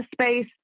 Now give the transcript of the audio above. space